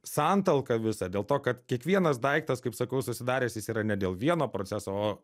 santalką visą dėl to kad kiekvienas daiktas kaip sakau susidaręs jis yra ne dėl vieno proceso o